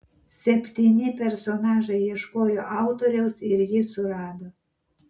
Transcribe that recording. septyni personažai ieškojo autoriaus ir jį surado